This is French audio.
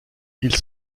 ils